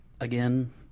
again